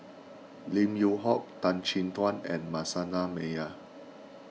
Lim Yew Hock Tan Chin Tuan and Manasseh Meyer